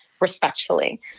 respectfully